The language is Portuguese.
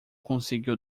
conseguiu